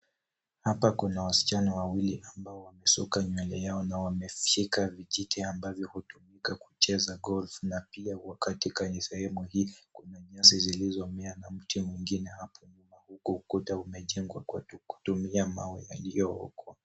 Hapa kuna wasichana wawili ambao wamesuka nywele yao na wameshika vijiti ambavyo hutumika kucheza golf na pia katika sehemu hii kuna nyasi zilizomea na mti mwingine hapo nyuma huku ukuta umejengwa kote kutumia mawe yaliyookwa.